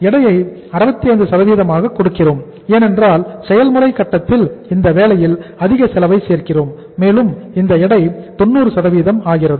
எடையை 65 ஆக கொடுக்கிறோம் ஏனென்றால் செயல்முறை கட்டத்தில் இந்த வேலையில் அதிக செலவை சேர்க்கிறோம் மேலும் இந்த எடை 90 ஆகிறது